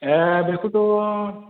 ए बेखौथ'